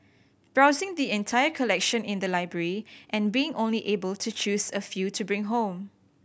browsing the entire collection in the library and being only able to choose a few to bring home